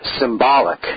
symbolic